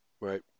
Right